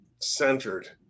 centered